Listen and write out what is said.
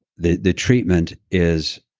the the treatment is